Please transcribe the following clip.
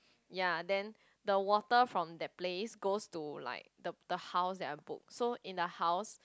ya then the water from that place goes to like the the house that I book so in the house